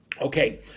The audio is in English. Okay